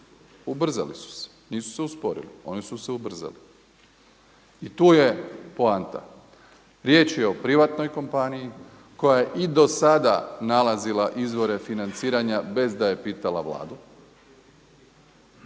ubrzali su se, nisu se usporili, oni su se ubrzali i tu je poanta. Riječ je o privatnoj kompaniji koja je i do sada nalazila izvore financiranja bez da je pitala Vladu.